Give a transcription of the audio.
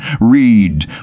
read